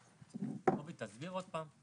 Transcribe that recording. קובי, תסביר עוד פעם.